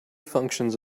functions